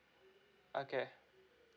okay